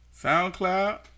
SoundCloud